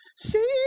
See